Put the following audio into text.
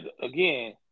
Again